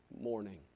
morning